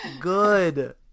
Good